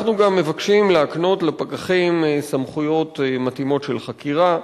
אנחנו גם מבקשים להקנות לפקחים סמכויות מתאימות של חקירה,